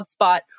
HubSpot